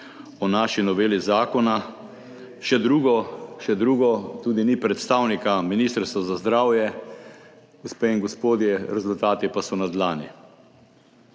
o naši noveli zakona, drugo, prav tako ni predstavnika Ministrstva za zdravje, gospe in gospodje, rezultati pa so na dlani.